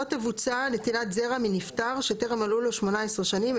(ה) לא תבוצע נטילת זרע מנפטר שטרם מלאו לו 18 שנים,